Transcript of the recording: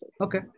Okay